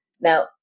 Now